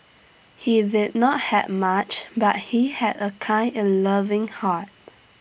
he did not have much but he had A kind and loving heart